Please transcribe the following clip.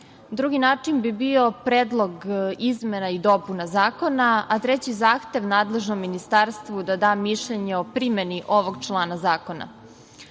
način bi bio predlog izmena i dopuna zakona, a treći zahtev nadležnom ministarstvu da da mišljenje o primeni ovog člana zakona.